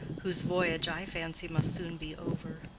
whose voyage, i fancy, must soon be over.